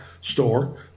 store